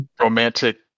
romantic